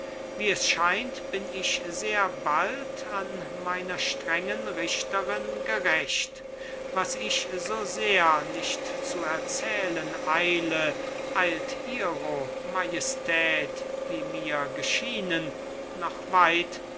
wie es scheint bin ich sehr bald an meiner strengen richterin gerächt was ich so sehr nicht zu erzählen eile eilt ihre majestät wie mir geschienen noch weit